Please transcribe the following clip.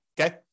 Okay